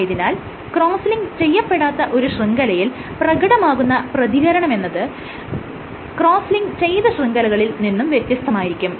ആയതിനാൽ cross link ചെയ്യപ്പെടാത്ത ഒരു ശൃംഖലയിൽ പ്രകടമാകുന്ന പ്രതികരണമെന്നത് ക്രോസ്സ് ലിങ്ക് ചെയ്ത ശൃംഖലകളിൽ നിന്നും വ്യത്യസ്തമായിരിക്കും